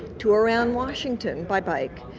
tour around washington by bike.